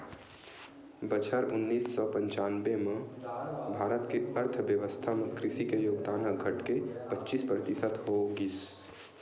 बछर उन्नीस सौ पंचानबे म भारत के अर्थबेवस्था म कृषि के योगदान ह घटके पचीस परतिसत हो गिस